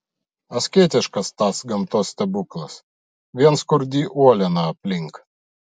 asketiškas tas gamtos stebuklas vien skurdi uoliena aplink